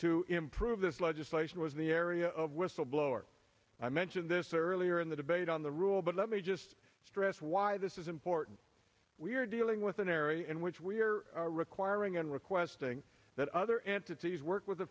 to improve this legislation was the area of whistleblower i mention this earlier in the debate on the rule but let me just stress why this is important we are dealing with an area in which we are requiring and requesting that other entities work with the